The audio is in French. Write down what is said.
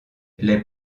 les